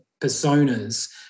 personas